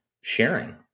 sharing